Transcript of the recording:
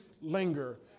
linger